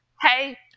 hey